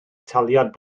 taliad